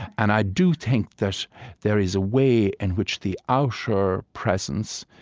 and i do think that there is a way in which the outer presence,